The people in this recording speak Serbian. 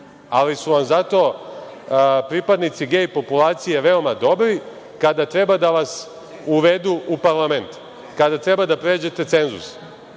Ali su vam zato pripadnici gej populacije veoma dobri kada treba da vas uvedu u parlament, kada treba da pređete cenzus.